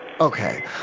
Okay